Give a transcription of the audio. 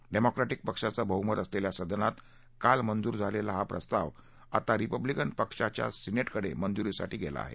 democratic पक्षांच बह्मत असलेल्या सदनात काल मंजूर झालेला हा प्रस्ताव आता रिपब्लीकन पक्षाच्या सीनेटकडे मंजुरीसाठी गेला आहे